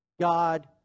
God